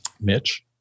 Mitch